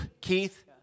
Keith